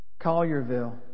Collierville